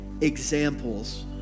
examples